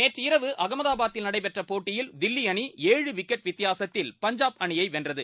நேற்றிரவு அகமதாபாதில் நடைபெற்ற போட்டியில் தில்லி அணி ஏழு விக்கெட் வித்தியாசத்தில் பஞ்சாப் அணியை வென்றது